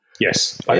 Yes